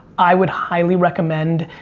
i would highly recommend